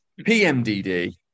PMDD